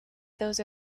those